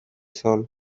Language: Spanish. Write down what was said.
sol